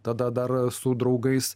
tada dar su draugais